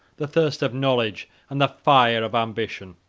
the thirst of knowledge, and the fire of ambition?